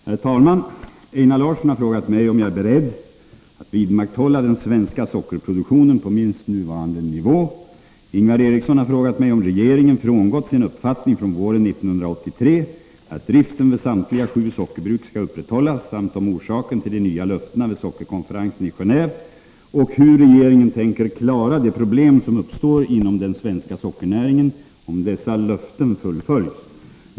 Herr talman! Einar Larsson har frågat mig om jag är beredd att vidmakthålla den svenska sockerproduktionen på minst nuvarande nivå. Ingvar Eriksson har frågat mig om regeringen frångått sin uppfattning från våren 1983, att driften vid samtliga sju sockerbruk skall upprätthållas, samt om orsaken till de nya löftena vid sockerkonferensen i Geneve och hur regeringen tänker klara de problem som uppstår inom den svenska sockernäringen om dessa löften fullföljs.